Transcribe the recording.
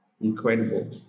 incredible